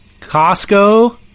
Costco